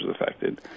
affected